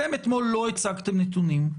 אתם אתמול לא הצגתם נתונים.